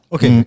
Okay